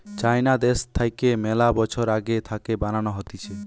চাইনা দ্যাশ থাকে মেলা বছর আগে থাকে বানানো হতিছে